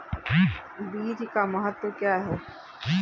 बीज का महत्व क्या है?